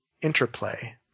interplay